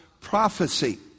prophecy